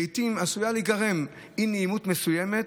לעיתים עשויה להיגרם אי-נעימות מסוימת